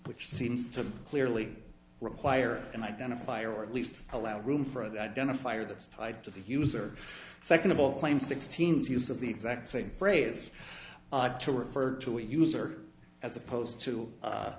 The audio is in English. which seems to clearly require an identifier or at least allow room for the identifier that's tied to the user second of all claim sixteen's use of the exact same phrase to refer to a user as opposed to